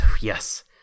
yes